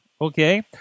Okay